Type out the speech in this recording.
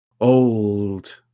old